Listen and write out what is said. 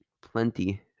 plenty